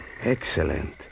Excellent